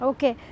Okay